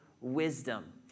wisdom